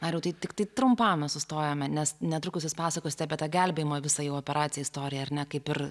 mariau tai tiktai trumpam mes sustojome nes netrukus jūs pasakosite apie tą gelbėjimo visą jau operacijos istoriją ar ne kaip ir